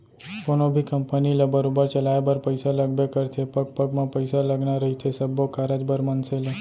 कोनो भी कंपनी ल बरोबर चलाय बर पइसा लगबे करथे पग पग म पइसा लगना रहिथे सब्बो कारज बर मनसे ल